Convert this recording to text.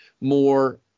more